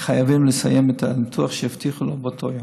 חייבים לסיים את הניתוח שהבטיחו לו באותו היום.